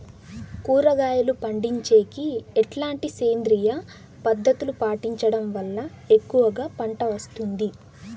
కూరగాయలు పండించేకి ఎట్లాంటి సేంద్రియ పద్ధతులు పాటించడం వల్ల ఎక్కువగా పంట వస్తుంది?